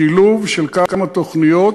שילוב של כמה תוכניות